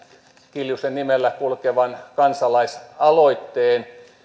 kiljusen nimellä kulkevan kansalaisaloitteen